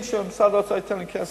אם משרד האוצר ייתן לי כסף,